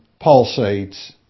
pulsates